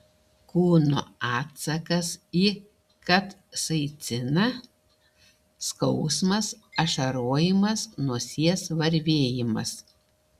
kūno atsakas į kapsaiciną skausmas ašarojimas nosies varvėjimas